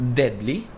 deadly